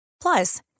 Plus